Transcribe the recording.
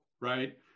right